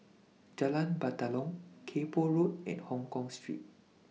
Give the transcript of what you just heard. Jalan Batalong Kay Poh Road and Hongkong Street